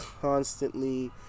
constantly